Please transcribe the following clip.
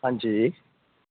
अंजी